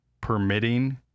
permitting